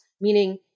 meaning